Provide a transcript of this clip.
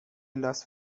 لاس